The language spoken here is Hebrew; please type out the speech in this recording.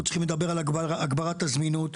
אנחנו צריכים לדבר על הגברת הזמינות,